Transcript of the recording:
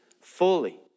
fully